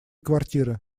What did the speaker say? квартиры